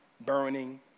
burning